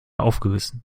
aufgerissen